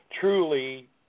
truly